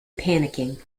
panicking